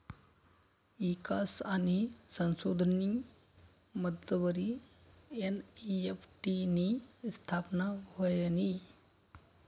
ईकास आणि संशोधननी मदतवरी एन.ई.एफ.टी नी स्थापना व्हयनी